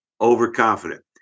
overconfident